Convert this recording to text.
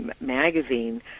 Magazine